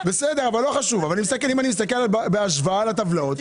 אני מסתכל בהשוואה על הטבלאות.